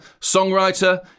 songwriter